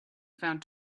found